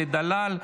אלי דלל,